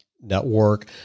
network